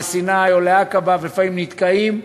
לסיני או לעקבה ולפעמים נתקעים,